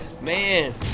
Man